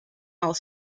while